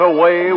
Away